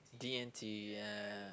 D and T ya